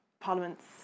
Parliament's